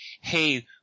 Hey